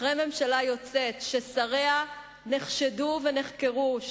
אחרי ממשלה יוצאת ששריה נחשדו ונחקרו,